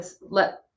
Let